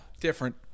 Different